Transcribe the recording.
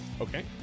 okay